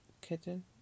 Kitten